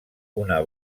una